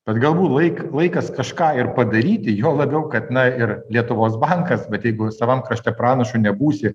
bet galbūt laik laikas kažką ir padaryti juo labiau kad na ir lietuvos bankas bet jeigu savam krašte pranašu nebūsi